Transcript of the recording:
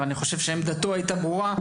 אני חושב שעמדתו הייתה ברורה,